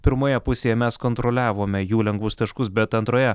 pirmoje pusėje mes kontroliavome jų lengvus taškus bet antroje